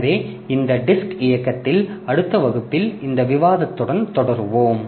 எனவே இந்த டிஸ்க் இயக்ககத்தில் அடுத்த வகுப்பில் இந்த விவாதத்துடன் தொடருவோம்